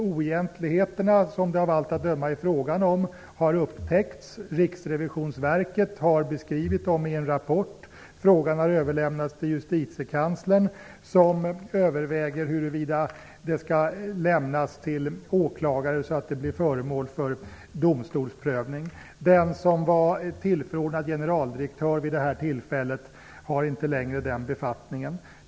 Oegentligheterna -- av allt att döma är det fråga om oegentligheter -- har upptäckts, Riksrevisionsverket har beskrivit dem i en rapport, och frågan har överlämnats till justitiekanslern, som överväger huruvida den skall lämnas till åklagare och bli föremål för domstolsprövning. Den som var tillförordnad generaldirektör vid det här tillfället har inte längre den befattningen.